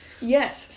Yes